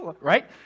right